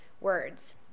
words